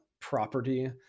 property